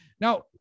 Now